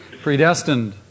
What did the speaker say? predestined